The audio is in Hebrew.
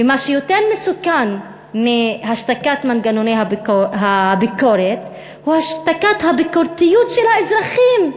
מה שיותר מסוכן מהשתקת מנגנוני הביקורת זה השתקת הביקורתיות של האזרחים.